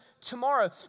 tomorrow